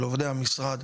לעובדי המשרד,